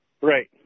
Right